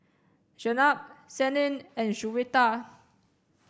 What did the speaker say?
Jenab Senin and Juwita